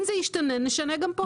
אם זה ישתנה, נשנה גם כאן.